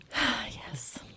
Yes